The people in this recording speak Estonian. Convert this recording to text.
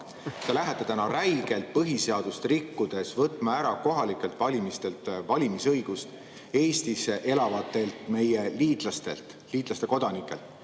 Te lähete täna räigelt põhiseadust rikkudes võtma ära kohalikel valimistel valimisõigust Eestis elavatelt meie liitlastelt, liitlaste kodanikelt.